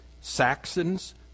Saxons